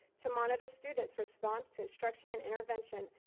to monitor students response to instruction and intervention,